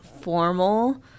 formal